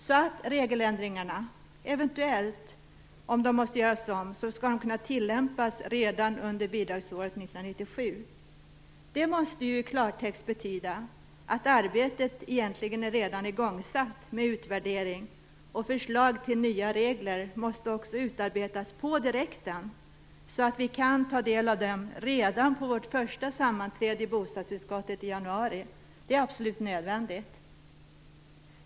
Om reglerna måste göras om skall de kunna tillämpas redan under bidragsåret 1997. Det måste i klartext betyda att arbetet med en utvärdering egentligen redan är igångsatt. Förslag till nya regler måste utarbetas på direkten, så att vi kan ta del av dem redan på bostadsutskottets första sammanträde i januari. Det är absolut nödvändigt.